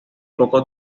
poco